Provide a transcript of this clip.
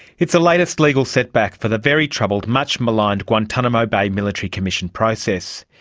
it's the latest legal set-back for the very troubled, much maligned guantanamo bay military commission process.